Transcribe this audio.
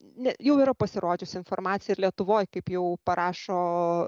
ne jau yra pasirodžius informacijai lietuvoj kaip jau parašo o